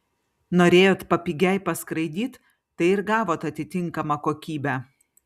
norėjot papigiai paskraidyt tai ir gavot atitinkamą kokybę